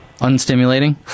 Unstimulating